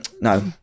no